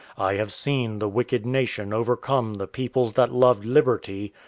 i have seen the wicked nation overcome the peoples that loved liberty,